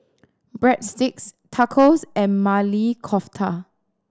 Breadsticks Tacos and Maili Kofta